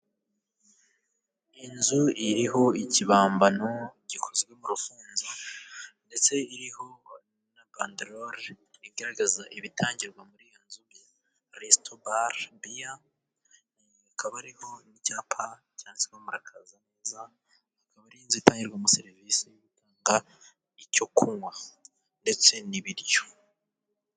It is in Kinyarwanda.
Inzu iriho ikibambano gikozwemo mu rufunzo ndetse iriho na banderore igaragaza ibitangirwa muri iyo nzu resito bare biya, ikaba ariho n'icyapa cyanditseho murakaza neza. Akaba ari inzu itangirwamo serivisi itanga icyo kunywa ndetse n'ibiryo.